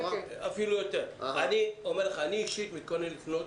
אני אישית מתכוון לפנות